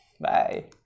bye